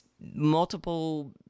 multiple